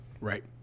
Right